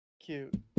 Cute